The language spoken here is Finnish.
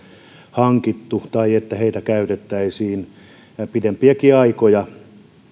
hankittu tai että heitä käytettäisiin pidempiäkin aikoja